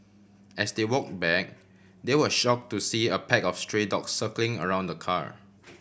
as they walk back they were shock to see a pack of stray dog circling around the car